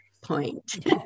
point